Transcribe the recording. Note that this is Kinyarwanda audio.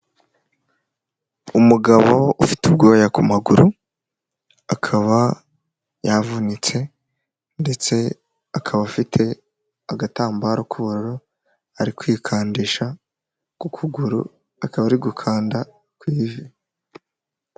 Umugabo ufite ubwoya ku maguru, akaba yavunitse ndetse akaba afite agatambaro k'ubururu ari kwikandisha ku kuguru, akaba ari gukanda kw'ivi.